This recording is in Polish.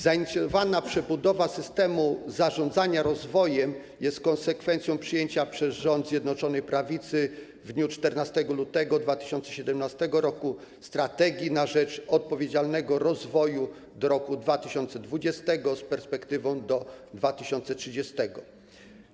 Zainicjowana przebudowa systemu zarządzania rozwojem jest konsekwencją przyjęcia przez rząd Zjednoczonej Prawicy w dniu 14 lutego 2017 r. „Strategii na rzecz odpowiedzialnego rozwoju do roku 2020 (z perspektywą do 2030 r.